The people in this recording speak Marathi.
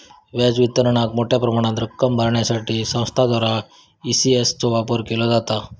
व्याज वितरणाक मोठ्या प्रमाणात रक्कम भरण्यासाठी संस्थांद्वारा ई.सी.एस चो वापर केलो जाता